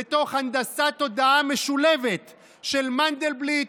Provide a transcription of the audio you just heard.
ותוך הנדסת תודעה משולבת של מנדלבליט,